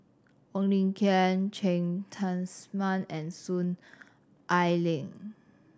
Wong Lin Ken Cheng Tsang Man and Soon Ai Ling